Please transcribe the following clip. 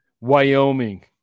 Wyoming